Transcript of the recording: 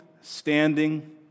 standing